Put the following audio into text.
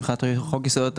מבחינת חוק יסודות התקציב,